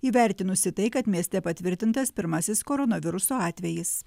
įvertinusi tai kad mieste patvirtintas pirmasis koronaviruso atvejis